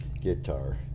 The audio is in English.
guitar